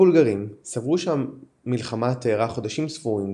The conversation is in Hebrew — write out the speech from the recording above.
הבולגרים סברו שהמלחמה תארך חודשים ספורים